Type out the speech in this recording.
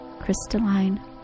crystalline